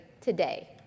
today